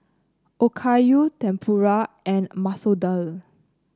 Okayu Tempura and Masoor Dal